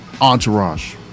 Entourage